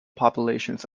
populations